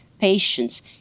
patients